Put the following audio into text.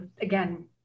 again